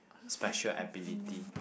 special ability